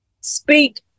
speak